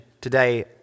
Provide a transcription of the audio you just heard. today